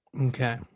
Okay